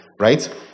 right